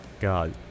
god